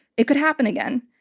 it could happen again.